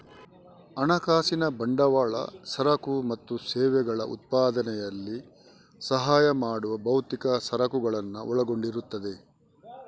ಹಣಕಾಸಿನ ಬಂಡವಾಳ ಸರಕು ಮತ್ತು ಸೇವೆಗಳ ಉತ್ಪಾದನೆಯಲ್ಲಿ ಸಹಾಯ ಮಾಡುವ ಭೌತಿಕ ಸರಕುಗಳನ್ನು ಒಳಗೊಂಡಿರುತ್ತದೆ